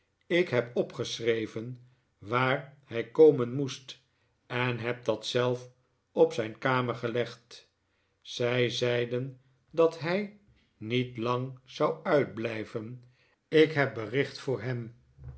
ik heb opgeschreven waar hij komen moest en heb dat zelf op zijn kamer gelegd zij zeiden dat hij niet lang zou uitblijven ik heb bericht voor hem